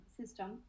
system